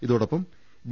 ഇതോ ടൊപ്പം ബി